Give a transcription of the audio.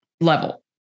level